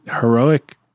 heroic